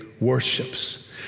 worships